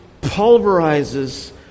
pulverizes